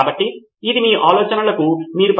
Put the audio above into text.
కాబట్టి ప్రాధమికంగా నొట్స్ వ్రాసుకోవడం